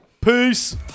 Peace